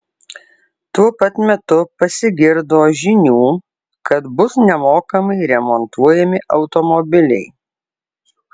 tuo pat metu pasigirdo žinių kad bus nemokamai remontuojami automobiliai